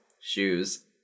shoes